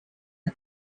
and